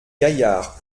gaillard